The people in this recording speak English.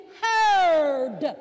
heard